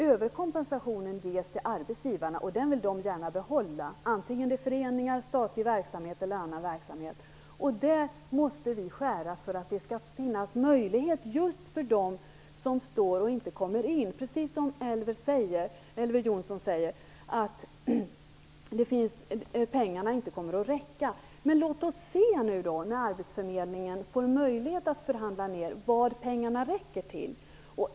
Överkompensationen ges till arbetsgivarna, och den vill de gärna behålla, oavsett om det är fråga om föreningar eller statlig eller annan verksamhet. Vi måste skära i den för att det skall kunna beredas möjligheter för dem som väntar på att komma in. Som Elver Jonsson säger kommer pengarna inte kommer att räcka. Men låt oss se vad pengarna räcker till när arbetsförmedlingen får möjlighet att förhandla ner överkompensationen.